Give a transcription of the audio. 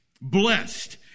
Blessed